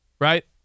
right